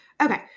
okay